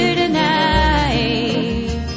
tonight